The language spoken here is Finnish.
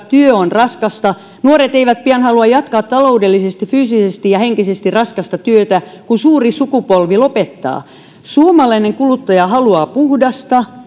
työ on raskasta nuoret eivät pian halua jatkaa taloudellisesti fyysisesti ja henkisesti raskasta työtä kun suuri sukupolvi lopettaa suomalainen kuluttaja haluaa puhdasta